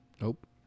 Nope